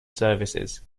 services